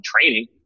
training